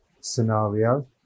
scenario